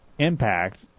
impact